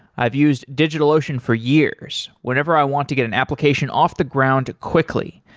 i've used digitalocean for years whenever i want to get an application off the ground quickly,